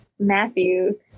Matthew